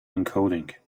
encoding